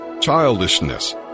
childishness